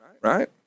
right